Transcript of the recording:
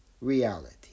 reality